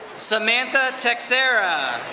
samantha techsera.